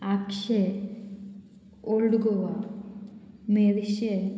आगशे old Goa Merces